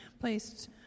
placed